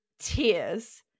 tears